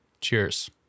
Cheers